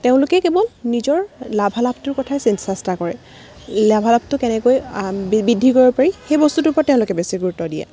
তেওঁলোকে কেৱল নিজৰ লাভালাভটো কথাই চেষ্টা কৰে লাভালাভটো কেনেকৈ বৃদ্ধি কৰিব পাৰি সেই বস্তুটোৰ ওপৰত তেওঁলোকে বেছি গুৰুত্ব দিয়ে